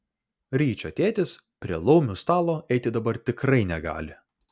ryčio tėtis prie laumių stalo eiti dabar tikrai negali